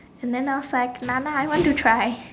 and then I was like Nana I want to try